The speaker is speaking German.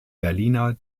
berliner